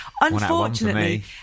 Unfortunately